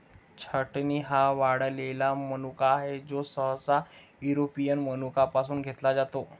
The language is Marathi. छाटणी हा वाळलेला मनुका आहे, जो सहसा युरोपियन मनुका पासून घेतला जातो